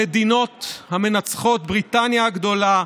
המדינות המנצחות, בריטניה הגדולה,